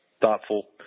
thoughtful